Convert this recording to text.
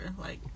like-